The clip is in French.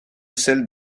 celle